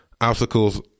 Obstacles